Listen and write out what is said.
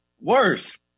Worse